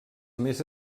més